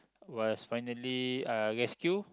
was finally uh rescue